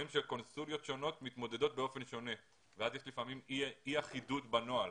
שקונסוליות שונות מתמודדות באופן שונה ואז לפעמים יש אי אחידות בנוהל.